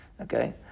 Okay